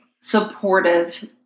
supportive